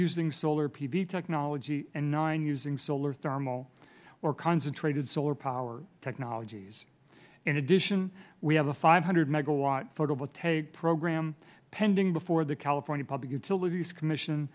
using solar pv technology and nine using solar thermal or concentrated solar power technologies in addition we have a five hundred megawatt photovoltaic program pending before the california public utilities commission